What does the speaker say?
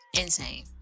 Insane